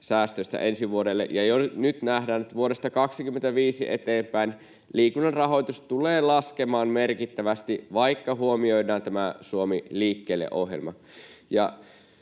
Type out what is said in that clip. säästöistä ensi vuodelle. Ja jo nyt nähdään, että vuodesta 25 eteenpäin liikunnan rahoitus tulee laskemaan merkittävästi, vaikka huomioidaan tämä Suomi liikkeelle ‑ohjelma.